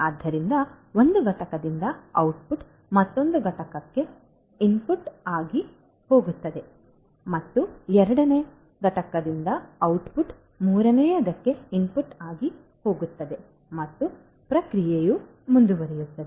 ಆದ್ದರಿಂದ ಒಂದು ಘಟಕದಿಂದ ಔಟ್ಪುಟ್ ಮತ್ತೊಂದು ಘಟಕಕ್ಕೆ ಇನ್ಪುಟ್ ಆಗಿ ಹೋಗುತ್ತದೆ ಮತ್ತೆ ಎರಡನೇ ಘಟಕದಿಂದ ಔಟ್ಪುಟ್ ಮೂರನೆಯದಕ್ಕೆ ಇನ್ಪುಟ್ ಆಗಿ ಹೋಗುತ್ತದೆ ಮತ್ತು ಪ್ರಕ್ರಿಯೆಯು ಮುಂದುವರಿಯುತ್ತದೆ